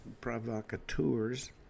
provocateurs